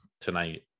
tonight